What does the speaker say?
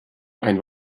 ein